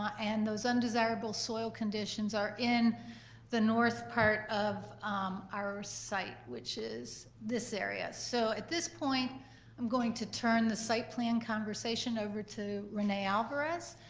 and those undesirable soil conditions are in the north part of our site, which is this area. so at this point i'm going to turn the site plan conversation over to renee alvarez.